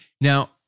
Now